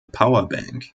powerbank